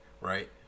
right